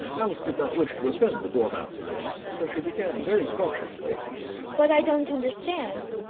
alice did not wish to offend the dormouse again, so she began very cautiously but i don't understand.